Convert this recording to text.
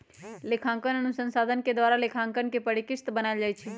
लेखांकन अनुसंधान द्वारा लेखांकन के परिष्कृत बनायल जाइ छइ